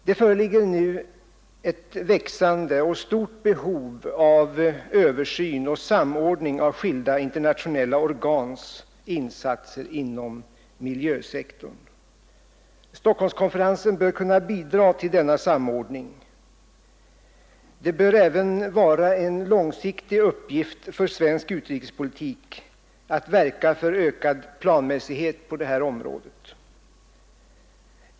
Det föreligger nu ett växande och stort behov av översyn och samordning av skilda internationella organs insatser inom miljösektorn. Stockholmskonferensen bör kunna bidra till denna samordning. Det bör även vara en långsiktig uppgift för svensk utrikespolitik att verka för ökad planmässighet på det här området.